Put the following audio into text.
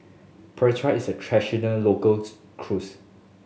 Pretzel is a local cuisine